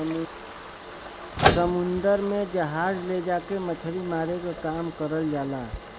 समुन्दर में जहाज ले जाके मछरी मारे क काम करल जाला